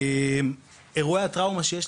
אירועי טראומה,